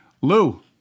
Lou